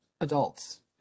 adults